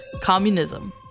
communism